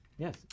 Yes